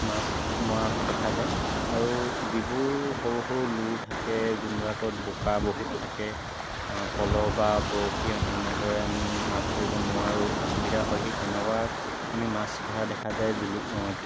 মাছ মৰা দেখা যায় আৰু যিবোৰ সৰু সৰু লোৰ থাকে যোনবিলাকত বোকা বহুত থাকে পলহ বা বৰশীয়ে এনেদৰে আমি মাছ ধৰিব নোৱাৰো অসুবিধা হয় সেই তেনেকুৱাত আমি মাছ ধৰা দেখা যায় জুলু